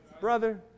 brother